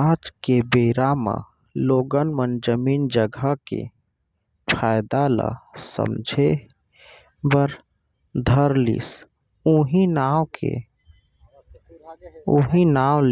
आज के बेरा म लोगन मन जमीन जघा के फायदा ल समझे बर धर लिस उहीं नांव